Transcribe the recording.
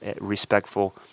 respectful